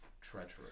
treacherous